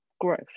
growth